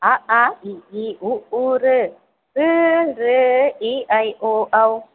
अ आ इ ई उ ऊ ऋ ॠ लृ ए ऐ ओ औ